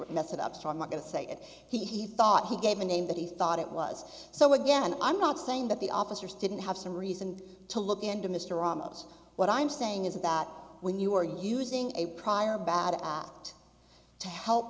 screw it mess it up so i'm not going to say he thought he gave a name that he thought it was so again i'm not saying that the officers didn't have some reason to look into mr ramos what i'm saying is that when you are using a prior bad act to help